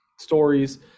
stories